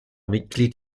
mitglied